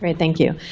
thank you.